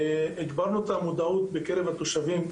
הגברנו את המודעות בקרב התושבים,